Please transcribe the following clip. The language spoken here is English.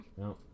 No